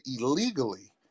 illegally